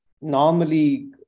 normally